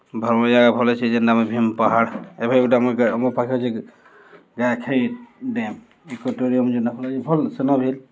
ଭଲ୍ ଭଲ୍ ଜାଗା ଭଲ୍ ଅଛେ ଯେନ୍ଟା ଭୀମ୍ ପାହାଡ଼୍ ଏଭେ ଗୁଟେ ଆମ ପାଖ ଅଛେ ଗାଏ ଖାଇ ଡ୍ୟାମ୍ ଇକୋଟୋରିୟମ୍ ଜେନ୍ଟା ଭଲ୍ ସେନ ବି